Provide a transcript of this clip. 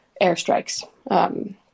airstrikes